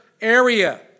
area